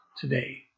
today